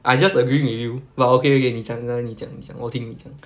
I just agreeing with you but okay okay 你讲来你讲你讲我听你讲